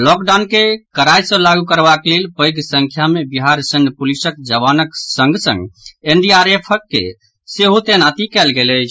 lockdown के कड़ाई सँ लागू करबाक लेल पैघ संख्या मे बिहार सैन्य पुलिसक जवानक संग संग एनडीआरएफ के सेहो तैनाती कयल गेल अछि